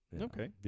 Okay